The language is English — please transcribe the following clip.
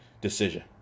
decision